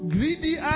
Greedy